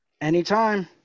Anytime